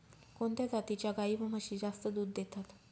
कोणत्या जातीच्या गाई व म्हशी जास्त दूध देतात?